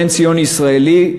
בן-ציון ישראלי,